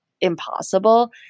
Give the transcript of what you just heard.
impossible